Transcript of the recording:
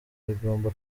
rigomba